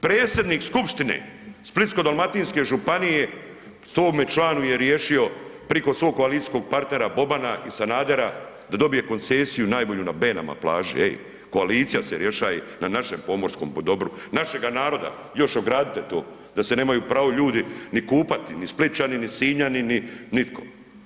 Predsjednik skupštine Splitsko-dalmatinske županije svome članu je riješio priko svog koalicijskog partnera Bobana i Sanadera da dobije koncesiju na Benama, plaži, ej, koalicija se rješaje na našem pomorskom dobru, našega naroda, još ogradite to, da se nemaju pravo ljudi ni kupati ni Splićani ni Sinjani ni nitko.